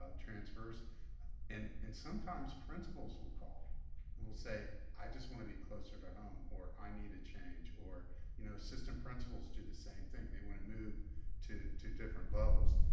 ah transfers and and sometimes principals will call and will say i just wanna be closer to home or i need a change or you know assistant principals do the same thing, they wanna move to to different levels.